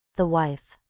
the wife